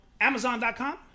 Amazon.com